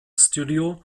studio